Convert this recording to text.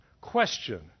Question